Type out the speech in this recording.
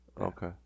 Okay